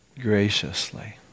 graciously